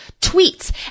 tweets